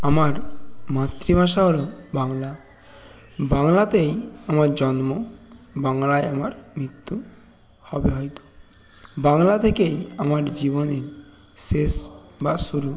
আমার মাতৃভাষা হল বাংলা বাংলাতেই আমার জন্ম বাংলায় আমার মৃত্যু হবে হয়তো বাংলা থেকেই আমার জীবনে শেষ বা শুরু